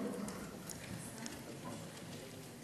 דוד ביטן בכניסה.